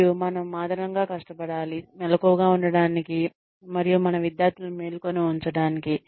మరియు మనము అదనపు కష్టపడాలి మెలకువగా ఉండటానికి మరియు మన విద్యార్థులను మేల్కొని ఉంచటానికి